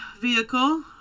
vehicle